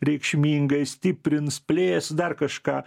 reikšmingai stiprins plės dar kažką